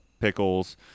pickles